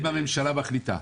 אם הממשלה מחליטה.